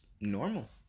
normal